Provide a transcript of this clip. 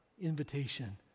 invitation